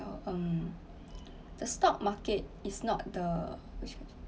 um the stock market is not the